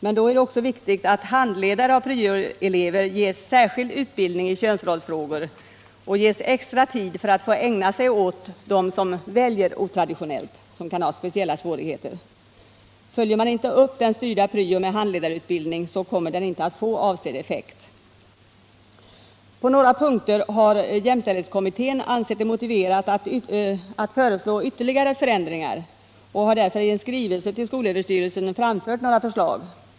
Men då är det också viktigt att handledare av pryoelever ges särskild utbildning i könsrollsfrågor och ges extra tid för att få ägna sig åt dem som väljer otraditionellt och som kan ha speciella svårigheter. Följer man inte upp den styrda pryon med handledarutbildning kommer den inte att få avsedd effekt. På några punkter har dock jämställdhetskommittén ansett det motiverat att föreslå ytterligare förändringar och har därför i en skrivelse till skolöverstyrelsen framfört några förslag.